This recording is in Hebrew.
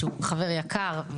חבר יקר,